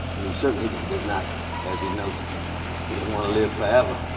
and he certainly does not as he notes he doesn't want to live forever,